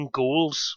goals